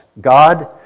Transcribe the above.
God